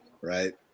right